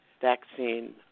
vaccine